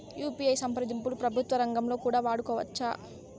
UPI సంప్రదింపులు ప్రభుత్వ రంగంలో కూడా వాడుకోవచ్చా?